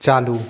चालू